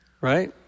right